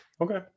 Okay